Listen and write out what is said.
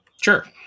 Sure